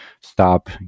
stop